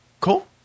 Cool